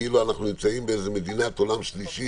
כאילו אנחנו נמצאים באיזו מדינת עולם שלישי,